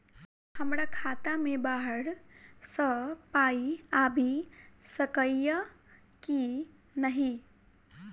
हमरा खाता मे बाहर सऽ पाई आबि सकइय की नहि?